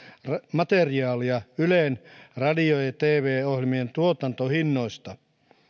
materiaalia ylen radio ja ja tv ohjelmien tuotantohinnoista